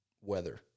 weather